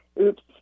Oops